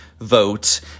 vote